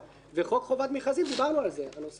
וחוק חובת המכרזים דיברנו על זה נושא הפטור